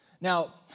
Now